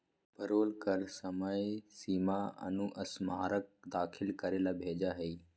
payroll कर समय सीमा अनुस्मारक दाखिल करे ले भेजय हइ